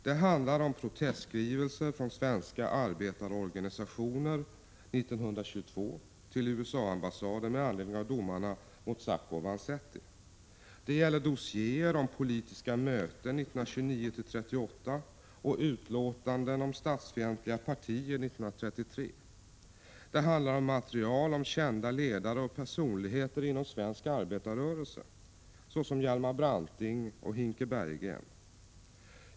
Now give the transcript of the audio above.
Det handlar om protestskrivelser från svenska arbetarorganisationer till USA-ambassaden år 1922 med anledning av domarna mot Sacco och Vanzetti. Det gäller dossiéer om politiska möten åren 1929-1938 och utlåtanden om statsfientliga partier 1933. Det handlar om material om kända ledare och personligheter inom svensk arbetarrörelse såsom Hjalmar Branting och Hinke Bergegren.